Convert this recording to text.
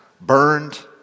burned